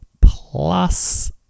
plus